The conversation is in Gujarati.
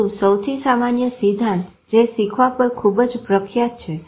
પરંતુ સૌથી સામાન્ય સિદ્ધાંત જે શીખવા પર ખુબ જ પ્રખ્યાત છે